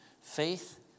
Faith